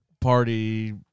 party